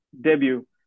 debut